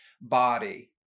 body